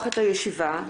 אני מתכבדת לפתוח את הישיבה.